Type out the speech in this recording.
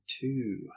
two